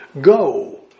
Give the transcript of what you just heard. Go